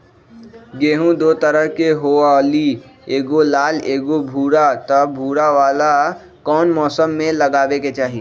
गेंहू दो तरह के होअ ली एगो लाल एगो भूरा त भूरा वाला कौन मौसम मे लगाबे के चाहि?